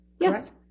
Yes